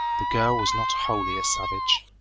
the girl was not wholly a savage.